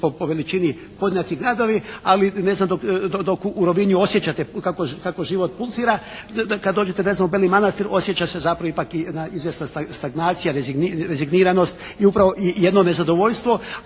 po veličini podjednaki gradovi ali dok u Rovinju osjećate kako život pulsira, kada dođete u Beli Manastir osjeća se zapravo ipak jedna stagnacija, rezigniranost i upravo jedno nezadovoljstvo